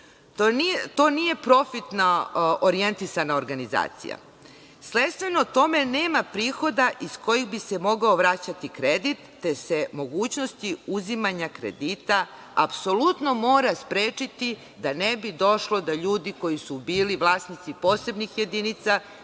To nije profitna orjentisana organizacija. Sledstveno tome, nema prihoda iz kojih bi se mogao vraćati kredit, te se mogućnosti uzimanja kredita apsolutno mora sprečiti da ne bi došlo da ljudi koji su bili vlasnici posebnih jedinica,